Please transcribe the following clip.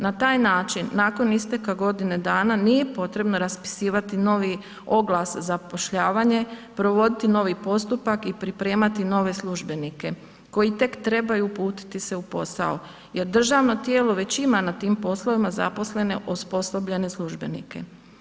Na taj način nakon isteka godine dana nije potrebno raspisivati novi oglas zapošljavanje, provoditi novi postupak i pripremati nove službenike koji tek trebaju uputiti se u posao jer državno tijelo već ima na tim poslovima zaposlene, osposobljene službenike.